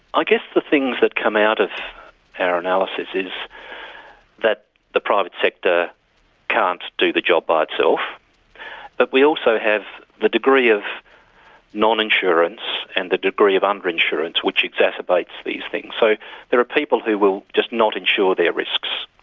i guess the things that come out of our analysis is that the private sector can't do the job by itself. but we also have the degree of non-insurance and the degree of under-insurance which exacerbates these things. so there are people who will just not insure their risks.